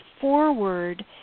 forward